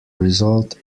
result